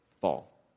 fall